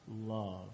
love